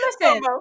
listen